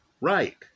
right